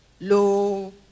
low